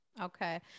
Okay